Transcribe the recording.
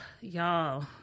Y'all